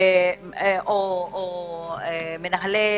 או מנהלי